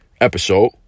episode